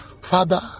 Father